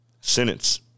sentence